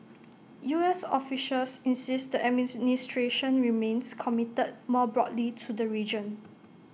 U S officials insist the remains committed more broadly to the region